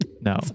No